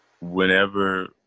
whenever